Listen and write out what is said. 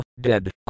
dead